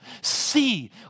See